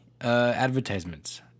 advertisements